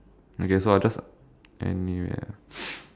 okay so I just anywhere ah